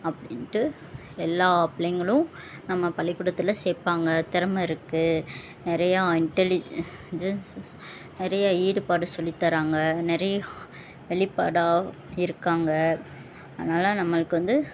அப்படின்ட்டு எல்லா பிள்ளைங்களும் நம்ம பள்ளிக்கூடத்தில் சேர்ப்பாங்க திறம இருக்குது நிறையா இன்டலிஜன்ஸஸ் நிறைய ஈடுபாடு சொல்லித் தராங்க நிறைய வெளிப்பாடாக இருக்காங்க அதனால் நம்மளுக்கு வந்து